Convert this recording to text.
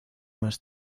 más